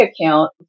account